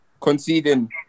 conceding